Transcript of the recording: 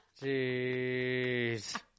Jeez